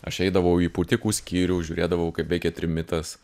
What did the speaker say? aš eidavau į pūtikų skyrių žiūrėdavau kaip veikia trimitas